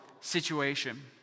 situation